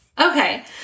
Okay